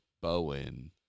Bowen